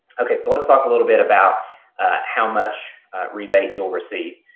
ok, so let's talk a little bit about how much rebate you'll receive.